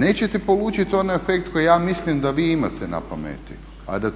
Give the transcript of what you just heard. Nećete polučiti onaj efekt koji ja mislim da vi imate na pameti a da